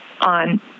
on